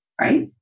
right